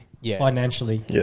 Financially